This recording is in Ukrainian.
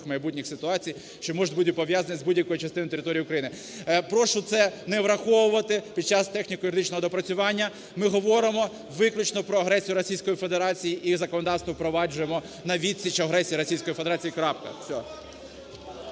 майбутніх ситуацій, що можуть бути пов'язані з будь-якою частиною території України. Прошу це не враховувати під час техніко-юридичного доопрацювання. Ми говоримо виключно про агресію Російської Федерації і законодавство впроваджуємо на відсіч агресії Російської Федерації.